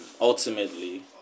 Ultimately